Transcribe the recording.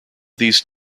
these